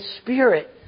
spirit